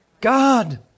God